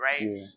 right